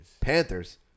Panthers